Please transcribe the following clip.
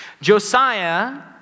Josiah